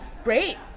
Great